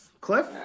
Cliff